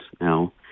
now